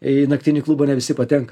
į naktinį klubą ne visi patenka